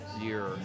year